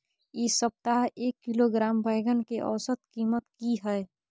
इ सप्ताह एक किलोग्राम बैंगन के औसत कीमत की हय?